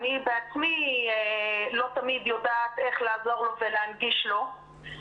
אני בעצמי לא תמיד יודעת איך לעזור לו ולהנגיש לו.